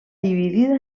dividida